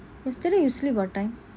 yesterday you sleep what time